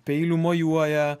peiliu mojuoja